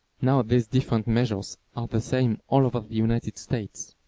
now these different measures are the same all over the united states.